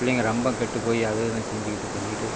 பிள்ளைங்க ரொம்ப கெட்டு போய் அது இதுன்னு செஞ்சுக்கிட்டு பண்ணிக்கிட்டு